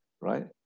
right